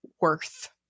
worth